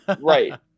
Right